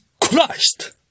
Christ